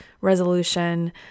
resolution